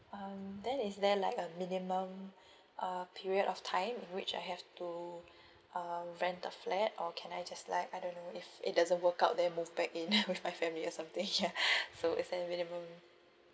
um then is there like a minimum uh period of time which I have to uh rent a flat or can I just like I don't know if it doesn't work out then move back in with my family or something ya so is there a minimum